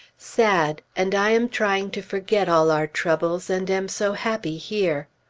sad, and i am trying to forget all our troubles, and am so happy here!